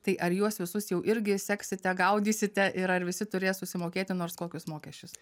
tai ar juos visus jau irgi seksite gaudysite ir ar visi turės susimokėti nors kokius mokesčius